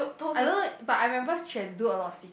I don't know but I remember she had do a lot of sit